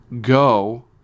go